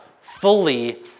fully